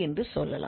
என்று சொல்லலாம்